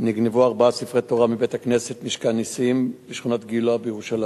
נגנבו ארבעה ספרי תורה מבית-הכנסת "משכן נסים" בשכונת גילה בירושלים.